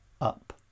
up